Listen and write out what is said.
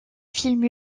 films